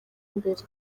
mbere